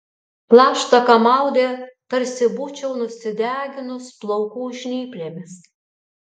plaštaką maudė tarsi būčiau nusideginus plaukų žnyplėmis